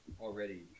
already